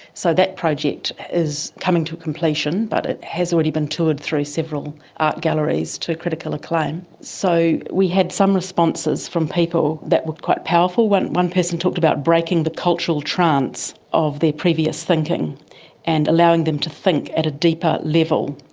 so that project is coming to completion, but it has already been toured through several art galleries to critical acclaim. so we had some responses from people that were quite powerful. one one person talked about breaking the cultural trance of their previous thinking and allowing them to think at a deeper level.